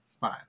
fine